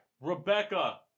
Rebecca